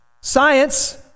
science